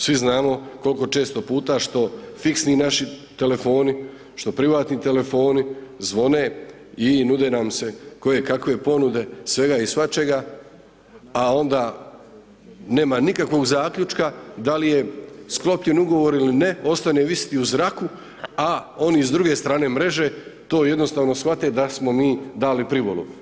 Svi znamo koliko često puta, što fiksni naši telefoni, što privatni telefoni zvone i nude nam se koje kakve ponude svega i svačega a onda nema nikakvog zaključka da li je sklopljen ugovor ili ne, ostaje visjeti u zraku a oni s druge strane mreže, to jednostavno shvate da smo mi dali privolu.